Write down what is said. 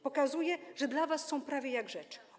Pokazuje, że dla was są prawie jak rzecz.